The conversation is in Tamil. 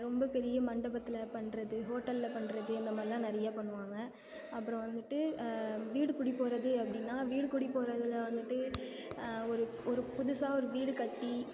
ரொம்ப பெரிய மண்டபத்தில் பண்ணுறது ஹோட்டலில் பண்ணுறது அந்த மாதிரிலாம் நிறையா பண்ணுவாங்க அப்புறம் வந்துவிட்டு வீடு குடி போகிறது அப்படின்னா வீடு குடி போகிறதுல வந்துவிட்டு ஒரு ஒரு புதுசாக ஒரு வீடு கட்டி